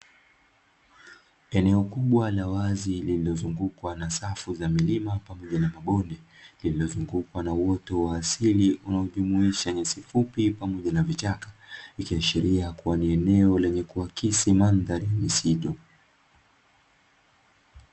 Eneo kubwa la wazi linalozugukwa na safu za milima pamoja na mabonde, lililozungukwa na uoto wa asili, unaojumuisha nyasi fupi, pamoja na vichaka, ikiashiria kuwa ni eneo lenye kuakisi mandhari ya misitu.